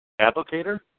Applicator